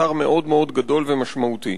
אתר מאוד גדול ומשמעותי.